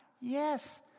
Yes